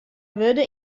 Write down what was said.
wurde